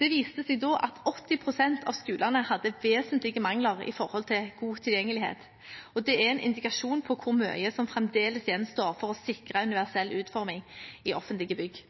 Det viste seg da at 80 pst. av skolene hadde vesentlige mangler når det gjaldt god tilgjengelighet, det er en indikasjon på hvor mye som fremdeles gjenstår for å sikre universell utforming i offentlige bygg.